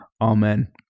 Amen